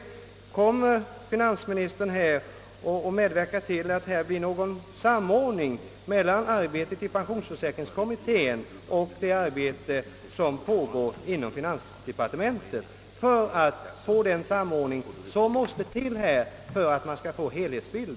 Jag vill nu ställa en fråga till finansministern: Kommer finansministern att medverka till att det blir någon samordning mellan arbetet i pensionsförsäkringskommittén och det arbete som pågår inom finansdepartementet för att man härvidlag skall kunna få en helhetsbild?